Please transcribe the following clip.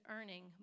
earning